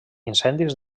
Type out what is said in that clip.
incendis